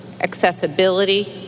accessibility